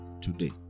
today